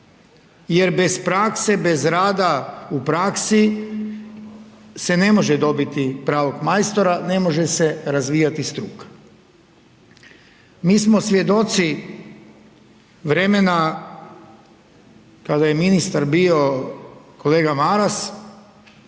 jer bez prakse, bez rada u praksi se ne može dobiti pravog majstora, ne može se razvijati struka. Mi smo svjedoci vremena kada je ministar bio kolega Maras,